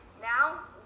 Now